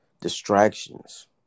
distractions